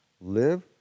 Live